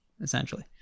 essentially